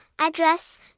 address